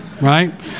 right